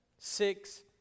Six